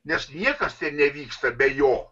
nes niekas nevyksta be jo